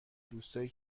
دوستایی